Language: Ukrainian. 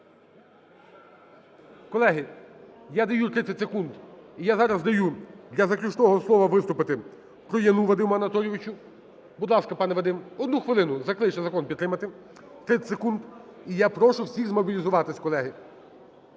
Колеги, я даю 30 секунд. І я зараз даю для заключного слова виступити Трояну Вадиму Анатолійовичу. Будь ласка, пане Вадим, 1 хвилину, закличте закон підтримати. 30 секунд. І я прошу всіх змобілізуватись, колеги.